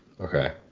Okay